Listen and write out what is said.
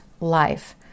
life